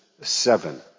seven